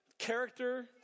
Character